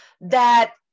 That-